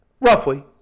roughly